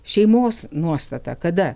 šeimos nuostata kada